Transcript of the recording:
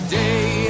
day